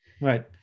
Right